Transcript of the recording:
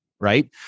Right